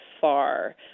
far